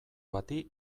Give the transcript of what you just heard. bati